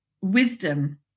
wisdom